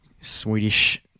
Swedish